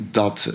dat